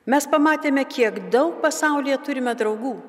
mes pamatėme kiek daug pasaulyje turime draugų